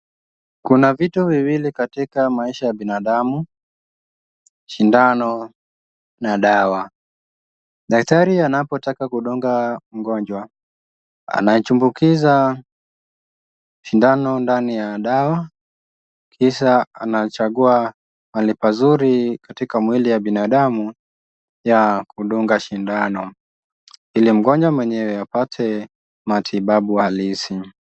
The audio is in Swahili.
Kuna vitu viwili katika maisha ya binadamu, sindano na dawa. Daktari anapotaka kudunga mgonjwa, anachumbukiza sindano ndani ya dawa kisha anachagua mahali pazuri katika mwili ya binadamu ya kudunga sindano, ili mgonjwa mwenyewe apate matibabu halisi.